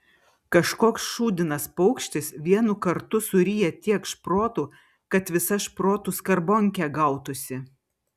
kažkoks šūdinas paukštis vienu kartu suryja tiek šprotų kad visa šprotų skarbonkė gautųsi